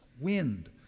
Wind